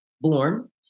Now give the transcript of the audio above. born